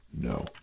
No